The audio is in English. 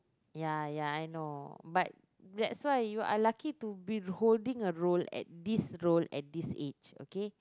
ya ya I know but that's why you are lucky to be holding a role at this role at this age